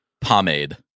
pomade